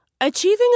Achieving